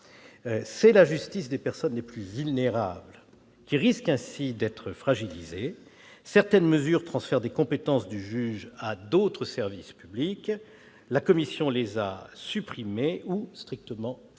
C'est la justice des personnes les plus vulnérables qui risque ainsi d'être fragilisée. Certaines mesures transfèrent des compétences du juge à d'autres services publics : la commission les a supprimées ou strictement encadrées.